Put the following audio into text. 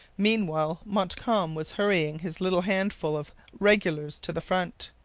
meanwhile, montcalm was hurrying his little handful of regulars to the front.